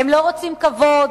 הם לא רוצים כבוד,